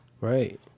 Right